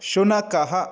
शुनकः